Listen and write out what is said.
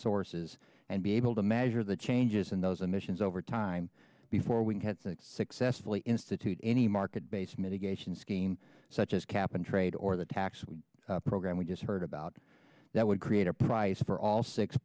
sources and be able to measure the changes in those emissions over time before we had six successfully institute any market based mitigation scheme such as cap and trade or the tax program we just heard about that would create a prize for all six